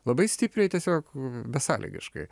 labai stipriai tiesiog besąlygiškai